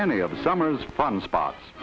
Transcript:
any of the summer's fun spots